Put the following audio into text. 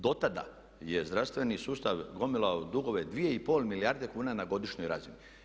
Do tada je zdravstveni sustav gomilao dugove 2,5 milijarde kuna na godišnjoj razini.